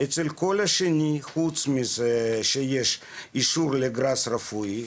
בכל השנים, חוץ מאשר כשיש לגראס רפואי,